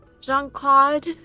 Jean-Claude